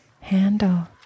handle